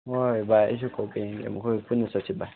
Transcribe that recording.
ꯍꯣꯏ ꯕꯥꯏ ꯑꯩꯁꯨ ꯀꯧꯒꯦꯅꯦ ꯃꯈꯣꯏꯒ ꯄꯨꯟꯅ ꯆꯠꯁꯤ ꯕꯥꯏ